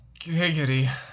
Giggity